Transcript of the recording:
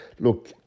Look